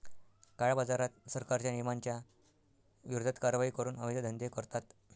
काळ्याबाजारात, सरकारच्या नियमांच्या विरोधात कारवाई करून अवैध धंदे करतात